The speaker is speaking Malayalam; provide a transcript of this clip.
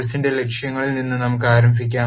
കോഴ്സിന്റെ ലക്ഷ്യങ്ങളിൽ നിന്ന് നമുക്ക് ആരംഭിക്കാം